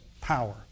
power